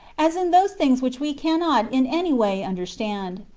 as in those things which we cannot in any way understand.